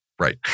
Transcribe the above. Right